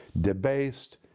debased